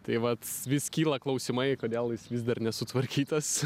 tai vat vis kyla klausimai kodėl jis vis dar nesutvarkytas